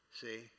see